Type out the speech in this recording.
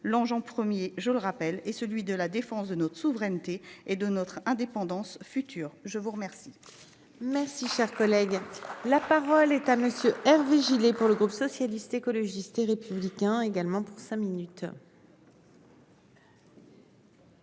longeant premier je le rappelle, est celui de la défense de notre souveraineté et de notre indépendance future. Je vous remercie. Merci, cher collègue, la parole est à monsieur Hervé Gillé pour le groupe socialiste, écologiste et républicain également pour cinq minutes.